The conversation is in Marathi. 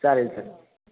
चालेल सर